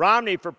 r